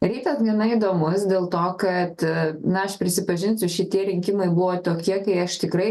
rytas gana įdomus dėl to kad na aš prisipažinsiu šitie rinkimai buvo tokie kai aš tikrai